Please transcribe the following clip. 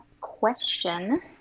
question